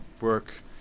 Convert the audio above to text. work